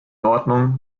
ordnung